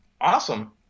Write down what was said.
Awesome